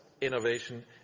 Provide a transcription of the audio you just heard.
innovation